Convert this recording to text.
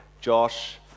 Josh